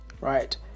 Right